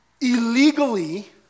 illegally